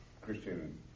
Christian